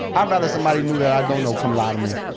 ah rather somebody knew that i don't know come lie to me.